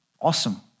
awesome